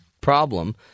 problem